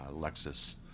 Lexus